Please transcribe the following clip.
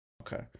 Okay